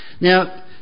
Now